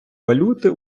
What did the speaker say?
валюти